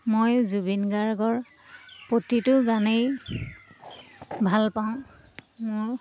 মই জুবিন গাৰ্গৰ প্ৰতিটো গানেই ভাল পাওঁ মোৰ